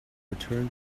return